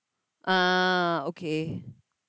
ah okay